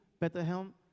Bethlehem